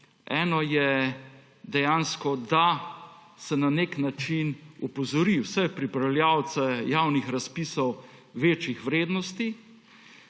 Eno je, da se na nek način opozori vse pripravljavce javnih razpisov večjih vrednosti,